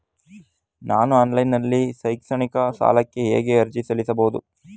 ನಾನು ಆನ್ಲೈನ್ ನಲ್ಲಿ ಶೈಕ್ಷಣಿಕ ಸಾಲಕ್ಕೆ ಹೇಗೆ ಅರ್ಜಿ ಸಲ್ಲಿಸಬಹುದು?